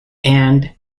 and